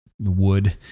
wood